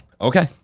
Okay